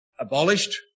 abolished